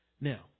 now